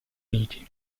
uniti